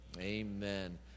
amen